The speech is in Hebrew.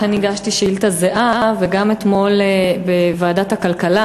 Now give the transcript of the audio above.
אכן הגשתי שאילתה זהה וגם אתמול בוועדת הכלכלה